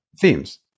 themes